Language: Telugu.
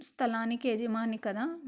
స్థలానికి యజమాని కదా